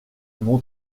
mon